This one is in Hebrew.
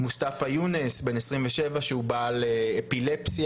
מוסטפא יונס בן 27 שהוא בעל אפילפסיה,